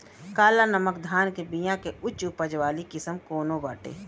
काला नमक धान के बिया के उच्च उपज वाली किस्म कौनो बाटे?